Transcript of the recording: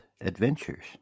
adventures